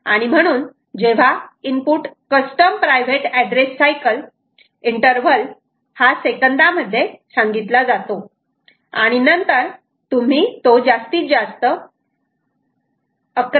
आणि म्हणून जेव्हा input custom private address cycle interval हा सेकंदांमध्ये सांगितला जातो आणि नंतर तुम्ही तो जास्तीत जास्त 11